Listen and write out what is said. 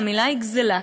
המילה היא גזלה,